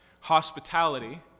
Hospitality